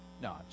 No